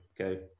okay